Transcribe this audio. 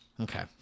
Okay